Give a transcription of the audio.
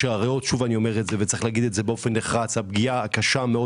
יש לומר זאת נחרצות - הפגיעה קשה מאוד